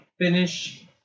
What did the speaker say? finish